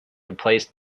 replaced